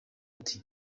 ati